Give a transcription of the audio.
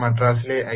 മദ്രാസിലെ I